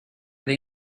they